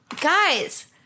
Guys